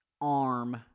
Arm